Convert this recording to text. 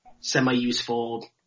Semi-useful